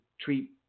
treat